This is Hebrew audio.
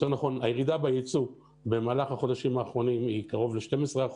הירידה בייצוא במהלך החודשים האחרונים היא קרוב ל-12%,